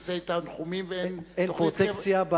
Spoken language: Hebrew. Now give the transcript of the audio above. פרסי תנחומים, אין פרוטקציה.